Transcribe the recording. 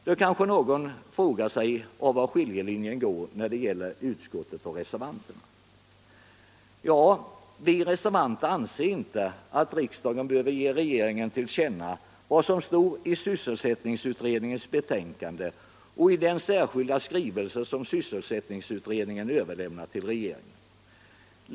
Då kanske någon frågar sig var skiljelinjen går mellan utskottsmajoriteten och reservanterna. Vi reservanter anser inte att riksdagen behöver ge regeringen till känna vad som står i svsselsättningsutredningens betänkande och i den särskilda skrivelse som sysselsättningsutredningen överlämnat till regeringen.